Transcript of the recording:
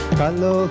Hello